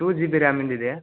to GB ಬಿ ರ್ಯಾಮಿಂದು ಇದೆ